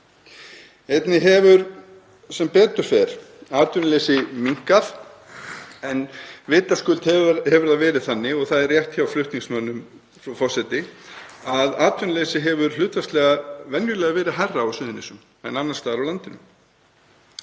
Einnig hefur sem betur fer atvinnuleysi minnkað en vitaskuld hefur það verið þannig, og það er rétt hjá flutningsmönnum, frú forseti, að atvinnuleysi hefur hlutfallslega venjulega verið hærra á Suðurnesjum en annars staðar á landinu.